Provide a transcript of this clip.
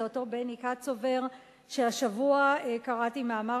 זה אותו בני קצובר שהשבוע קראתי מאמר